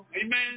Amen